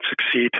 succeed